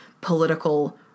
political